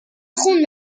خون